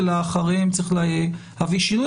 ואחריהם צריך להביא שינוי.